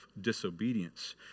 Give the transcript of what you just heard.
disobedience